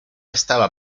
estaba